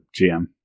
GM